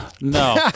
No